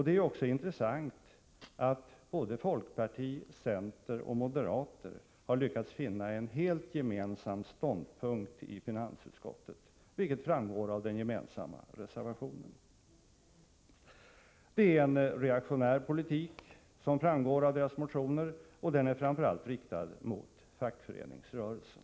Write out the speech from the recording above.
Det är också intressant att såväl folkpartiet och centern som moderaterna har lyckats finna en helt gemensam ståndpunkt i finansutskottet, vilket framgår av den gemensamma reservationen. Det är en reaktionär politik som framgår av deras motioner, och den är framför allt riktad mot fackföreningsrörelsen.